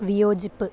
വിയോജിപ്പ്